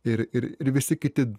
ir ir visi kiti